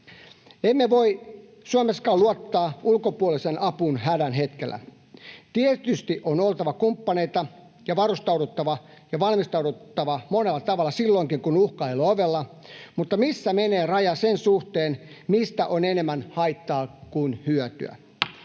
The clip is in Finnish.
Emme voi Suomessakaan luottaa ulkopuoliseen apuun hädän hetkellä. Tietysti on oltava kumppaneita ja on varustauduttava ja valmistauduttava monella tavalla silloinkin, kun uhka ei ole ovella, mutta missä menee raja sen suhteen, mistä on enemmän haittaa kuin hyötyä